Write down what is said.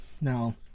now